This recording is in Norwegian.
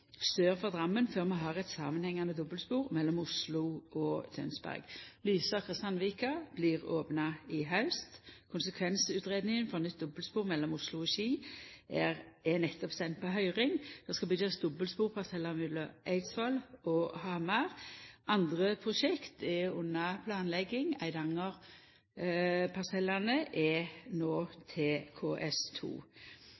sør for Drammen før vi har eit samanhengande dobbeltspor mellom Oslo og Tønsberg. Lysaker–Sandvika blir opna i haust. Konsekvensutgreiinga for nytt dobbeltspor mellom Oslo og Ski er nettopp send på høyring. Det skal byggjast dobbeltsporparsellar mellom Eidsvoll og Hamar. Andre prosjekt er under planlegging. Eidangerparsellane er